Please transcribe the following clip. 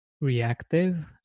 reactive